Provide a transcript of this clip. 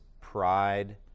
pride